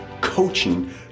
coaching